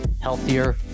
healthier